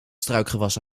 struikgewas